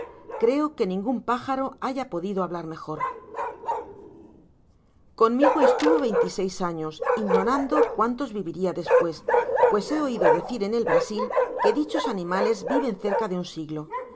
creo que ningun pájaro haya podido hablar mejor conmigo estuvo veinte y seis anos ignorando cuántos viviria despues pues he oido decir en el brasil que dichos animales viven cerca de un siglo mi